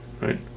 right